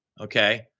Okay